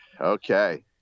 Okay